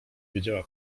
wiedziała